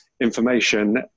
information